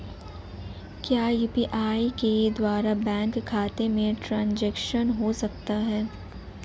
क्या यू.पी.आई के द्वारा बैंक खाते में ट्रैन्ज़ैक्शन हो सकता है?